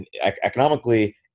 economically